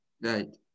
Right